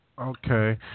Okay